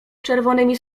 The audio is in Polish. czerwonymi